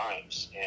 Times